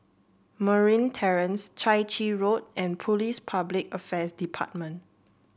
Merryn Terrace Chai Chee Road and Police Public Affairs Department